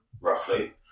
roughly